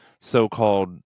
so-called